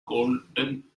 golden